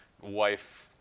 wife